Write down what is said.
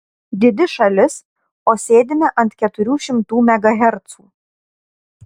didi šalis o sėdime ant keturių šimtų megahercų